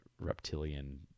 Reptilian